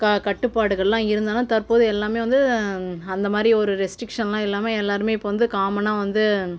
க கட்டுப்பாடுகள்லாம் இருந்தாலும் தற்போது எல்லாமே வந்து அந்தமாதிரி ஒரு ரெஸ்ட்ரிக்ஷன்லாம் இல்லாமல் எல்லோருமே இப்போது வந்து காமனாக வந்து